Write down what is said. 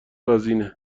وزینه